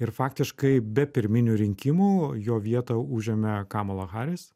ir faktiškai be pirminių rinkimų jo vietą užėmė kamala haris